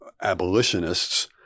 abolitionists